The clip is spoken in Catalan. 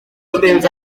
últims